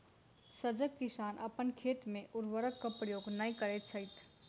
सजग किसान अपन खेत मे उर्वरकक प्रयोग नै करैत छथि